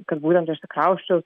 kad būtent išsikrausčiau